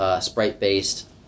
sprite-based